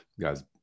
guys